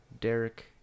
Derek